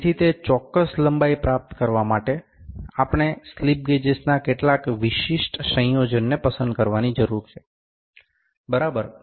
તેથી તે ચોક્કસ લંબાઈ પ્રાપ્ત કરવા માટે આપણે સ્લિપ ગેજેસના કેટલાક વિશિષ્ટ સંયોજનને પસંદ કરવાની જરૂર છે બરાબર